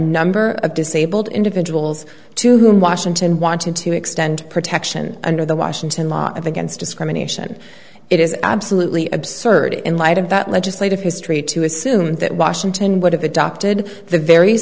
number of disabled individuals to whom washington wanted to extend protection under the washington law against discrimination it is absolutely absurd in light of that legislative history to assume that washington would have adopted the very